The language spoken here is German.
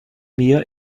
mehr